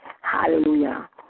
hallelujah